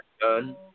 done